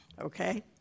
Okay